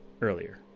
earlier